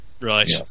Right